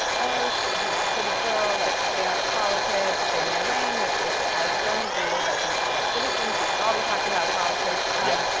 you know, pretty girl, like, stay out of politics, stay in your lane, which i i don't agree with. i think we're all citizens. we should all be talking about politics. yep.